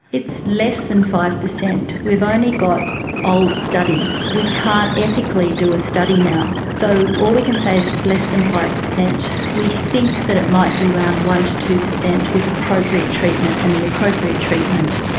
it's less than five percent. we've only got old studies, we can't ethically do a study now. so all we can say is it's less than five percent. we think that it might be around one percent to two percent with appropriate treatment, and the appropriate treatment,